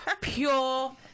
pure